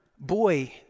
boy